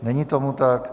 Není tomu tak.